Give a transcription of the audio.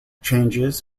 changes